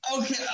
Okay